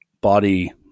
body